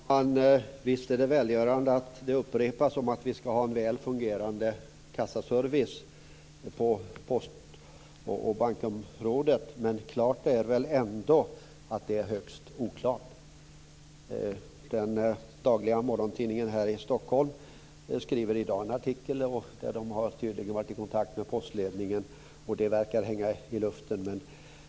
Fru talman! Visst är det välgörande att det upprepas att vi ska ha en väl fungerande kassaservice på post och bankområdet, men det är ändå högst oklart. En morgontidning i Stockholm har i dag en artikel där det redovisas att man har varit i kontakt med Postens ledning, och att döma av den artikeln hänger detta i luften.